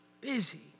busy